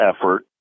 effort